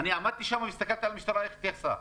אני עמדתי שם והסתכלתי על המשטרה איך היא התייחסה,